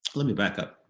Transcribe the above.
let me back up.